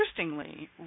Interestingly